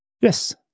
Yes